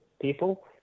people